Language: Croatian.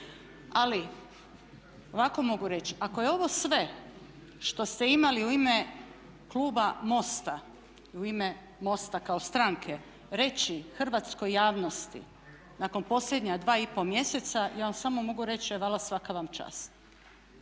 Ali ovako mogu reći, ako je ovo sve što ste imali u ime kluba MOST-a i u ime MOST-a kao stranke reći hrvatskoj javnosti nakon posljednja dva i po mjeseca ja vam samo mogu reći e vala svaka vam čast.